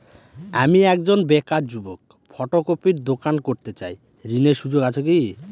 আমি একজন বেকার যুবক ফটোকপির দোকান করতে চাই ঋণের সুযোগ আছে কি?